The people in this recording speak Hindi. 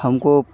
हमको